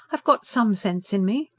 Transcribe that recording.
i've got some sense in me.